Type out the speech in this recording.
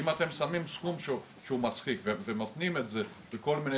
אם אתם שמים סכום שהוא מצחיק ומתנים את זה בכל מיני